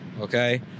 Okay